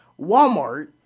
Walmart